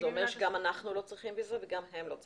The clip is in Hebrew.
זה אומר שגם אנחנו לא צריכים ויזה וגם הם לא צריכים.